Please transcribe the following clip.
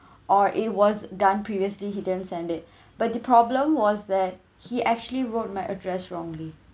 or it was done previously he didn't send it but the problem was that he actually wrote my address wrongly